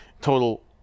total